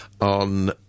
on